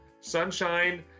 sunshine